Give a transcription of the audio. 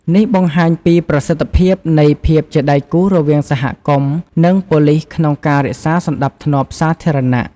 នេះបង្ហាញពីប្រសិទ្ធភាពនៃភាពជាដៃគូរវាងសហគមន៍ និងប៉ូលិសក្នុងការរក្សាសណ្តាប់ធ្នាប់សាធារណៈ។